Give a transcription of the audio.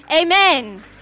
Amen